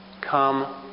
come